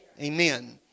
Amen